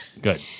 Good